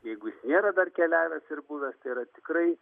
jeigu jis nėra dar keliavęs ir buvęs tai yra tikrai